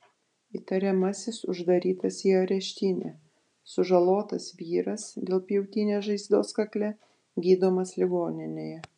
įtariamasis uždarytas į areštinę sužalotas vyras dėl pjautinės žaizdos kakle gydomas ligoninėje